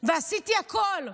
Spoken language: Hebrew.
ועשיתי הכול.